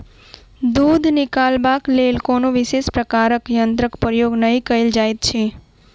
दूध निकालबाक लेल कोनो विशेष प्रकारक यंत्रक प्रयोग नै कयल जाइत छै